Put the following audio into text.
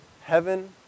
heaven